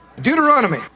Deuteronomy